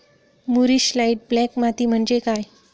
मूरिश light black माती म्हणजे काय?